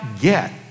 get